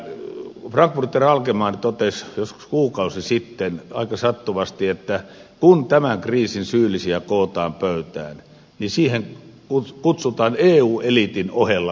frankfurter allgemeine totesi joskus kuukausi sitten aika sattuvasti että kun tämän kriisin syyllisiä kootaan pöytään siihen kutsutaan eu eliitin ohella media